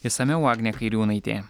išsamiau agnė kairiūnaitė